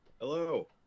Hello